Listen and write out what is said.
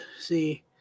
see